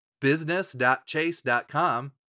business.chase.com